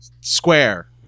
square